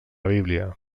bíblia